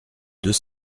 deux